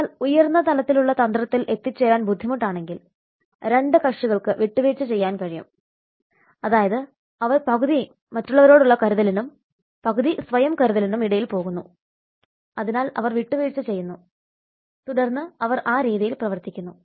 എന്നാൽ ഉയർന്ന തലത്തിലുള്ള തന്ത്രത്തിൽ എത്തിച്ചേരാൻ ബുദ്ധിമുട്ടാണെങ്കിൽ 2 കക്ഷികൾക്ക് വിട്ടുവീഴ്ച ചെയ്യാൻ കഴിയും അതായത് അവർ പകുതി മറ്റുള്ളവരോടുള്ള കരുതലിനും പകുതി സ്വയം കരുതലിനും ഇടയിൽ പോകുന്നു അതിനാൽ അവർ വിട്ടുവീഴ്ച ചെയ്യുന്നു തുടർന്ന് അവർ ആ രീതിയിൽ പ്രവർത്തിക്കുന്നു